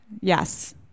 Yes